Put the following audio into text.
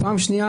והשנייה,